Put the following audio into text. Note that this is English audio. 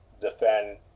defend